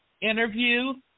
interview